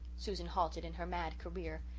susan halted in her mad career,